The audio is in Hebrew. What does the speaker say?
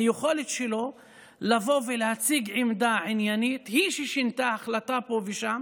היכולת שלו לבוא ולהציג עמדה עניינית היא ששינתה פה ושם